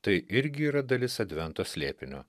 tai irgi yra dalis advento slėpinio